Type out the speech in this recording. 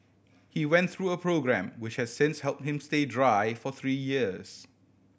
he went through a programme which has since helped him stay dry for three years